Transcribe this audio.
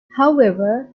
however